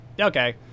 okay